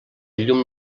llum